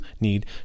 need